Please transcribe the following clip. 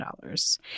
dollars